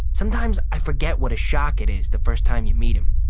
sometimes i forget what a shock it is the first time you meet him.